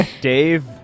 Dave